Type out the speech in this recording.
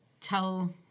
Tell